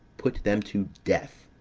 put them to death,